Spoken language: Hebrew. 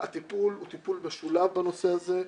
הטיפול הוא טיפול משולב בנושא הזה.